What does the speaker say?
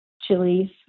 chilies